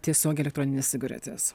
tiesiog elektroninės cigaretės